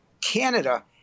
Canada